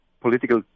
political